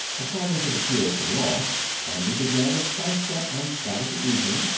according to the puritan law, sunday began at sunset on saturday evening,